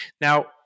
Now